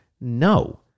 No